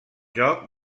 joc